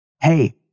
Hey